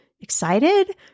Excited